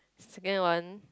second one